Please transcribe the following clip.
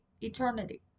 eternity